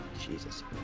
Jesus